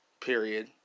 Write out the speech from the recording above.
Period